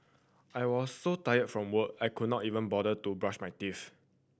I was so tired from work I could not even bother to brush my teeth